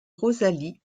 rosalie